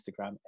Instagram